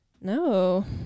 No